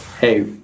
hey